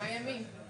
ביושבת הראש.